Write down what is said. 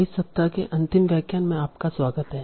इस सप्ताह के अंतिम व्याख्यान में आपका स्वागत है